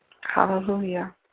Hallelujah